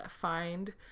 find